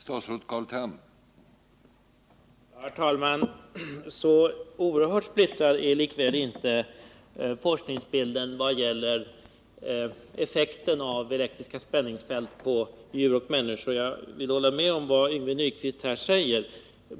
Herr talman! Så oerhört splittrad är likväl inte forskningsbilden i vad det gäller effekten av elektriska spänningsfält på djur och människor. Jag vill hålla med Yngve Nyquist om vad han här säger.